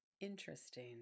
interesting